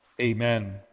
Amen